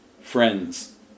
Friends